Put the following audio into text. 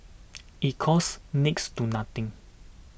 it costs next to nothing